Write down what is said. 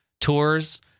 tours